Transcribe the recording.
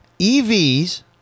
EVs